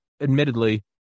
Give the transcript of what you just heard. admittedly